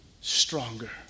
stronger